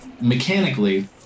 Mechanically